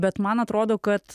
bet man atrodo kad